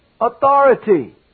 authority